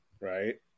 right